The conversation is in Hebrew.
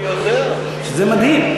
זה מדהים.